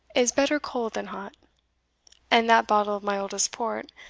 is better cold than hot and that bottle of my oldest port,